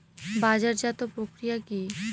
বাজারজাতও প্রক্রিয়া কি?